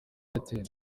airtel